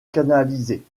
canalisée